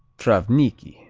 travnicki